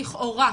שלכאורה,